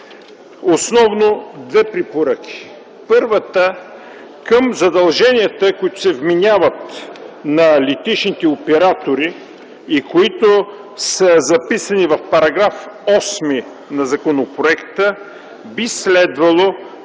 Основно две препоръки. Първата – към задълженията, които се вменяват на летищните оператори и които са записани в § 8 на законопроекта, би следвало да